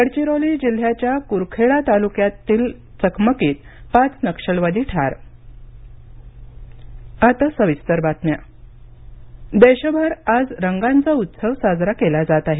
गडचिरोली जिल्ह्याच्या कुरखेडा तालुक्यातील चकमकीत पाच नक्षलवादी ठार होळी शभेच्छा देशभर आज रंगांचा उत्सव साजरा केला जात आहे